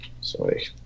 Sorry